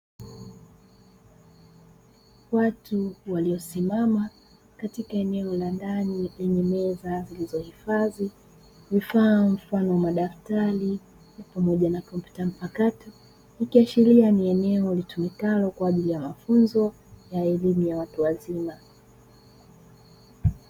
Watu waliosimama katika eneo la ndani lenye meza zilizohifadhi vifaa mfano wa madaftari pamoja na kompyuta mpakato, ikiashiria ni eneo litumikalo kwa ajili ya mafunzo ya elimu ya watu wazima.